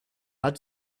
hat